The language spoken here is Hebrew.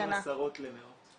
בין עשרות למאות.